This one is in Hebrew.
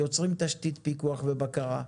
יוצרים תשתית פיקוח ובקרה,